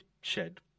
shed